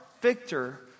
victor